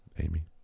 amy